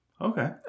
Okay